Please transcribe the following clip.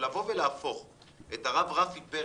להפוך את הרב פרץ,